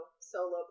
solo